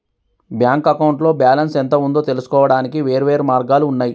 bank అకౌంట్లో balance ఎంత ఉందో తెలుసుకోవడానికి వేర్వేరు మార్గాలు ఉన్నయి